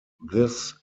this